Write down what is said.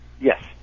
Yes